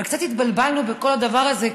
אבל קצת התבלבלנו בכל הדבר הזה,